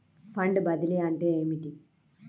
Fund బదిలీ అంటే ఏమిటి?